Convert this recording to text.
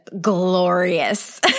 glorious